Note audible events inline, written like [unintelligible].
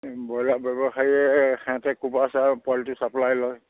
broiler ব্যৱসায়ীয়ে সিহঁতে [unintelligible] পোৱালিটো চাপ্লাই লয়